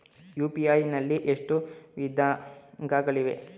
UPI ನಲ್ಲಿ ಎಷ್ಟು ವಿಧಗಳಿವೆ?